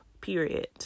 period